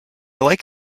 like